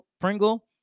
Pringle